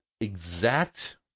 exact